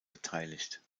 beteiligt